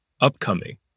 upcoming